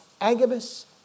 Agabus